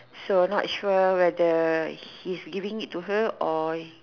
so not sure whether he's giving it to her or